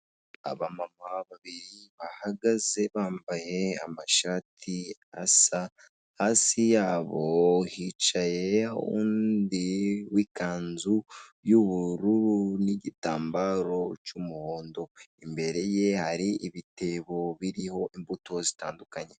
Aba mama babiri bahagaze bambaye amashati asa hasi yabo hicaye undi w'ikanzu y'ubururu n'igitambaro cy'umuhondo imbere ye hari ibitebo biriho imbuto zitandukanye.